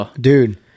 dude